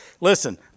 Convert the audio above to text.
listen